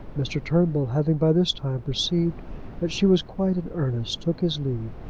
mr. turnbull having by this time perceived that she was quite in earnest, took his leave,